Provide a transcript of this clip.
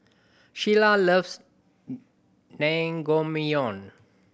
Sheila loves Naengmyeon